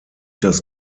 das